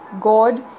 God